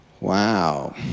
Wow